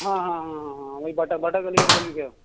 हाँ हाँ हाँ हाँ हाँ वही बाटा बाटा गली के बग़ल में क्या